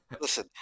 listen